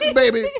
baby